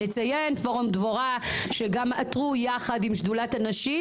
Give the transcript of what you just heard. נציין פורום דבורה שגם עתרו יחד עם שדולת הנשים